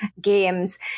games